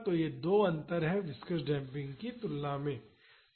तो ये दो अंतर हैं विस्कॉस डेम्पिंग की तुलना में हैं